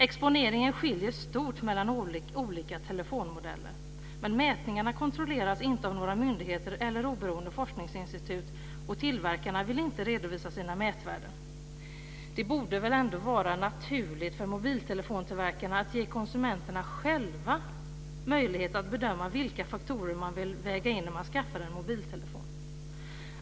Exponeringen skiljer stort mellan olika telefonmodeller, men mätningarna kontrolleras inte av några myndigheter eller oberoende forskningsinstitut, och tillverkarna vill inte redovisa sina mätvärden. Det borde väl ändå vara naturligt för mobiltelefontillverkarna att ge konsumenterna själva möjlighet att bedöma vilka faktorer man vill väga in när man skaffar en mobiltelefon.